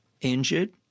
injured